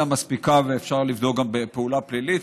מספיקה ואפשר לבדוק גם פעולה פלילית.